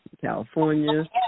California